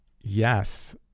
yes